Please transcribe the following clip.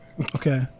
okay